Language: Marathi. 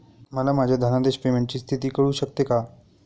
मला माझ्या धनादेश पेमेंटची स्थिती कळू शकते का?